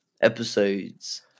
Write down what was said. episodes